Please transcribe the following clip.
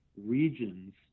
regions